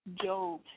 Job